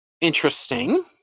Interesting